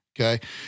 okay